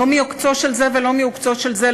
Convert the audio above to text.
לא מעוקצו של זה ולא מעוקצו של זה,